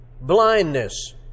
blindness